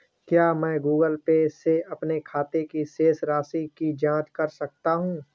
क्या मैं Google Pay से अपने खाते की शेष राशि की जाँच कर सकता हूँ?